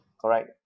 Correct